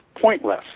pointless